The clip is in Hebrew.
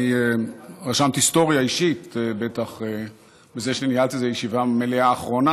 רשמת היסטוריה אישית בזה שניהלת את ישיבת המליאה האחרונה.